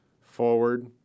forward